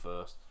first